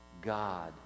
God